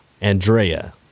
Andrea